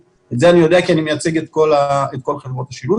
ואת זה אני יודע כי אני מייצג את כל חברות השילוט